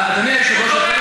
אדוני היושב-ראש,